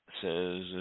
says